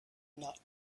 not